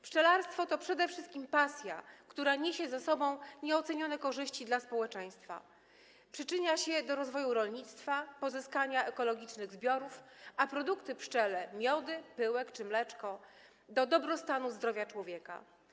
Pszczelarstwo to przede wszystkim pasja, która niesie ze sobą nieocenione korzyści dla społeczeństwa, przyczynia się do rozwoju rolnictwa, pozyskiwania ekologicznych zbiorów, a produkty pszczele: miody, pyłek czy mleczko - do dobrostanu zdrowia człowieka.